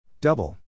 Double